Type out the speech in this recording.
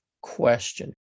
question